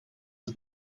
het